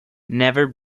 never